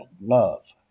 love